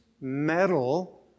metal